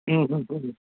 ও ও